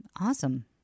Awesome